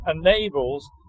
enables